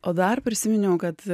o dar prisiminiau kad